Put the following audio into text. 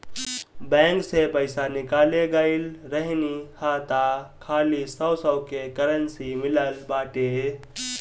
bank से पईसा निकाले गईल रहनी हअ तअ खाली सौ सौ के करेंसी मिलल बाटे